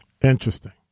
Interesting